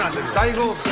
title